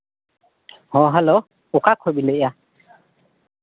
ᱦᱮᱸ ᱦᱮᱞᱳ ᱚᱠᱟ ᱠᱷᱚᱡ ᱵᱤᱱ ᱞᱟᱹᱭᱮᱫᱼᱟ